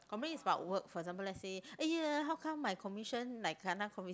complain is about work for example let's say !aiya! how come my commission like kena